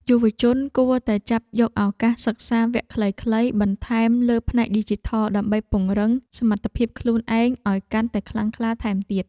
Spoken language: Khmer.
យុវជនគួរតែចាប់យកឱកាសសិក្សាវគ្គខ្លីៗបន្ថែមលើផ្នែកឌីជីថល ដើម្បីពង្រឹងសមត្ថភាពខ្លួនឯងឱ្យកាន់តែខ្លាំងក្លាថែមទៀត។